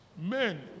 men